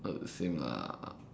not the same lah